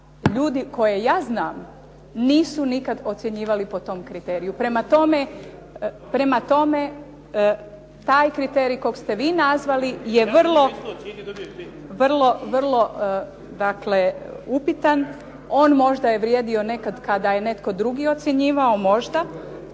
ljudi koje ja znam nisu nikad ocjenjivali po tom kriteriju. Prema tome, taj kriterij kog ste vi nazvali je vrlo… … /Upadica se ne čuje./… Vrlo, vrlo dakle upitan. On možda je vrijedio nekad kada je netko drugi ocjenjivao, možda,